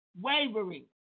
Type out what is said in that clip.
wavering